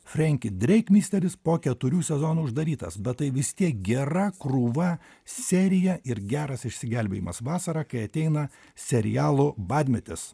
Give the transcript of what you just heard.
frenki dreik misteris po keturių sezonų uždarytas bet tai vis tiek gera krūva serija ir geras išsigelbėjimas vasarą kai ateina serialų badmetis